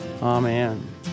Amen